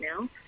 now